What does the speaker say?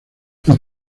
los